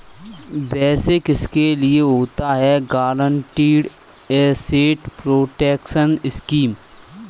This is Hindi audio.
वैसे किसके लिए होता है गारंटीड एसेट प्रोटेक्शन स्कीम?